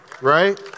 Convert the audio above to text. right